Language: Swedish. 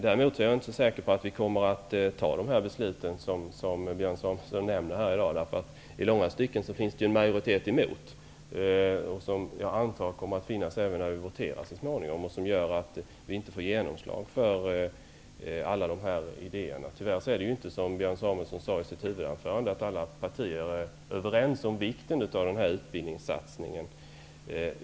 Däremot är jag inte säker på vi här i dag kommer att fatta de beslut som Björn Samuelson nämner. I långa stycken finns det en majoritet mot de förslagen. Jag antar att den kommer att finnas även när det voteras så småningom. Det gör att vi inte får genomslag för alla dessa idéer. Tyvärr är inte, som Björn Samuelson sade i sitt huvudanförande, alla partier överens om vikten av denna utbildningssatsning.